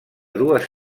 dues